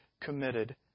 committed